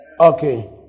Okay